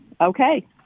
Okay